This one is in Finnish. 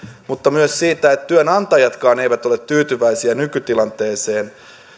mutta myös siitä että työnantajatkaan eivät ole tyytyväisiä nykytilanteeseen